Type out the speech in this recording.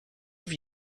have